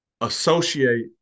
associate